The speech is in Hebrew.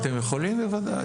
בוודאי.